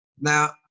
Now